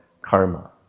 karma